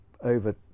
over